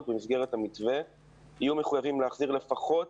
במסגרת המתווה יהיו מחויבים להחזיר לפחות